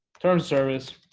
terms service